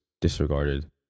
disregarded